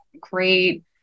great